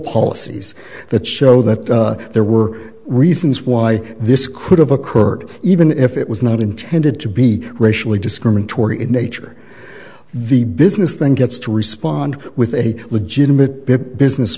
policies that show that there were reasons why this could have occurred even if it was not intended to be racially discriminatory in nature the business then gets to respond with a legitimate business